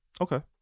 Okay